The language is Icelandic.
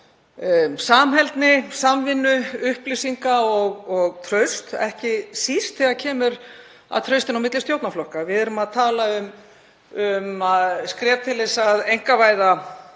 samheldni, samvinnu, upplýsinga og trausts, ekki síst þegar kemur að trausti á milli stjórnarflokka. Við erum að tala um skref til að einkavæða